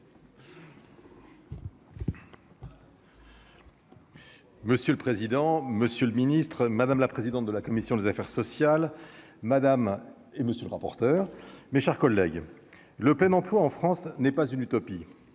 Monsieur le président, Monsieur le Ministre, madame la présidente de la commission des affaires sociales, madame et monsieur le rapporteur, mes chers collègues, le plein emploi en France n'est pas une utopie,